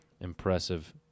impressive